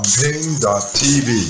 pain.tv